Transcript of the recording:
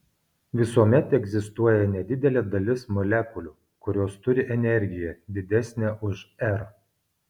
visuomet egzistuoja nedidelė dalis molekulių kurios turi energiją didesnę už r